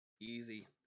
Easy